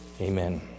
Amen